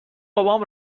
بابام